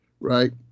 right